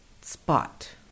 spot